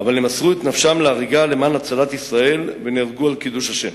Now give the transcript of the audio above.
אבל הם מסרו את נפשם להריגה למען הצלת ישראל ונהרגו על קידוש השם.